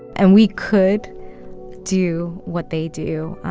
and we could do what they do.